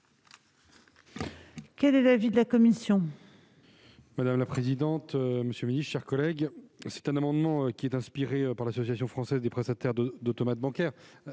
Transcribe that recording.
Quel est l'avis de la commission ?